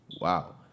Wow